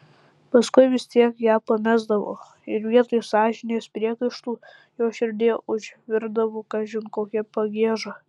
paskui vis tiek ją pamesdavo ir vietoj sąžinės priekaištų jo širdyje užvirdavo kažin kokia pagieža